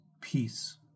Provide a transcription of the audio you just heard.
peace